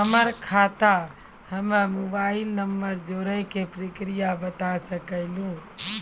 हमर खाता हम्मे मोबाइल नंबर जोड़े के प्रक्रिया बता सकें लू?